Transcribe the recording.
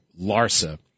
Larsa